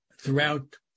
throughout